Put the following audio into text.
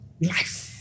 life